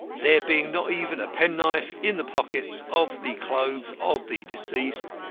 there being not even a penknife in the pockets of the clothes of the deceased,